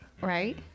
Right